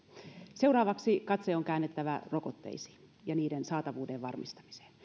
seuraavaksi katse on käännettävä rokotteisiin ja niiden saatavuuden varmistamiseen